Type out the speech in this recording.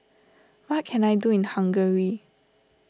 what can I do in Hungary